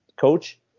coach